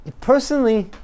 Personally